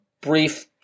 brief